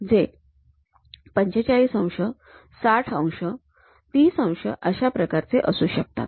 जे ४५ अंश ६० अंश ३० अंश अशा प्रकारचे असू शकतात